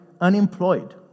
unemployed